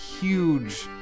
huge